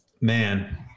Man